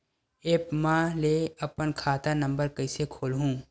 App म ले अपन खाता नम्बर कइसे खोलहु?